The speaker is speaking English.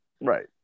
Right